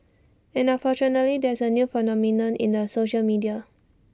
and unfortunately there is A new phenomenon in the social media